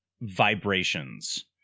vibrations